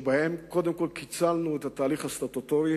שבהן קודם כול קיצרנו את התהליך הסטטוטורי,